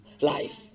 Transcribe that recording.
life